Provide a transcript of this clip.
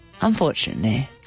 unfortunately